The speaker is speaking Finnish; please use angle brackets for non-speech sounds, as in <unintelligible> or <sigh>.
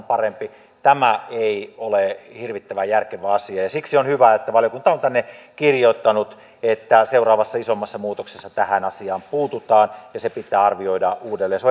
<unintelligible> parempi tämä ei ole hirvittävän järkevä asia ja siksi on hyvä että valiokunta on tänne kirjoittanut että seuraavassa isommassa muutoksessa tähän asiaan puututaan ja se pitää arvioida uudelleen se <unintelligible>